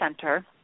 center